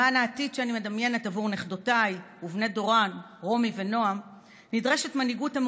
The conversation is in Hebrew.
למען העתיד שאני מדמיינת עבור נכדותיי רומי ונעם ובני דורן נדרשת